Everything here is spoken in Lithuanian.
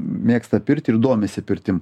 mėgsta pirtį ir domisi pirtim